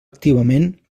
activament